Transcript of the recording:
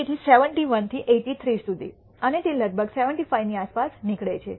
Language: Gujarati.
60 થી 71 થી 83 સુધી અને તે લગભગ 75 ની આસપાસ નીકળે છે